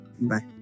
Bye